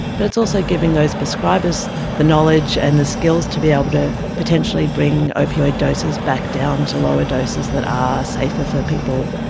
but it's also giving those prescribers the knowledge and the skills to be able to potentially bring opioid doses back down to lower doses that are safer for people,